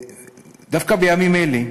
ודווקא בימים אלה,